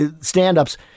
stand-ups